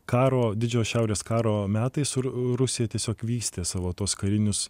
karo didžiojo šiaurės karo metais rusija tiesiog vystė savo tuos karinius